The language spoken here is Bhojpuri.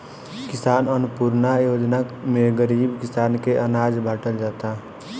किसान अन्नपूर्णा योजना में गरीब किसान के अनाज बाटल जाता